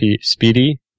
speedy